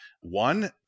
One